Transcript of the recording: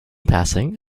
passing